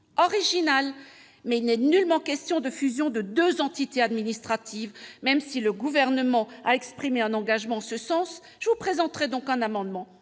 originale, il n'est nullement question de fusion des deux entités administratives, même si le Gouvernement a exprimé un engagement en ce sens. Je vous présenterai donc un amendement